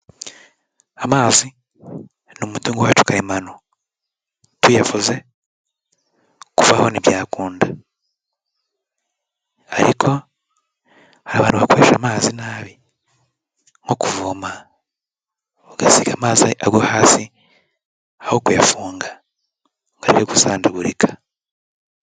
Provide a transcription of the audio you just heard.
Amazi ni umutungo wacu karemano tuyabuze kubaho ntibyakunda ariko abantu bakoresha amazi nabi nko kuvoma bagasiga amazi agwa hasi aho kuyafunga ngo areke gusandagurika.